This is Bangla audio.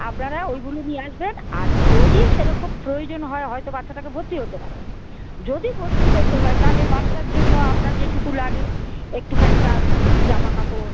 আপনারা ওইগুলো নিয়ে আসবেন আর যদি সেরকম খুব প্রয়োজন হয় হয়তো বাচ্চাটাকে ভর্তি হতে পারে যদি ভর্তি করতে হয় তাহলে বাচ্চার জন্য আপনার যেটুকু লাগে একটুখানি তার জামা কাপড়